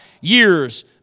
years